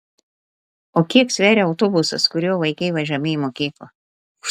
o kiek sveria autobusas kuriuo vaikai vežami į mokyklą